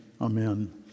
amen